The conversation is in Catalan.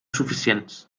suficients